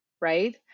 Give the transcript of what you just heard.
right